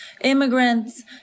immigrants